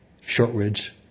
Shortridge